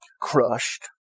crushed